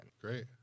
Great